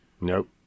nope